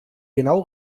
genau